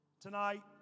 Tonight